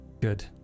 Good